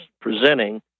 presenting